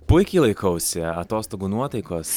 puikiai laikausi atostogų nuotaikos